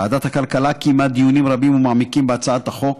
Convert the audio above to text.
ועדת הכלכלה קיימה דיונים רבים ומעמיקים בהצעת החוק,